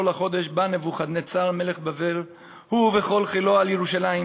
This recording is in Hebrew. לחֹדש בא נבוכדנאצר מלך בבל הוא וכל חילו על ירושלם